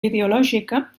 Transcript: ideològica